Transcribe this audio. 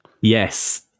Yes